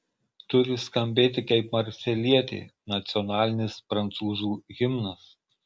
turi skambėti kaip marselietė nacionalinis prancūzų himnas